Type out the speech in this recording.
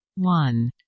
One